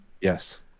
Yes